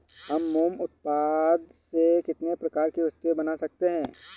हम मोम उत्पाद से कितने प्रकार की वस्तुएं बना सकते हैं?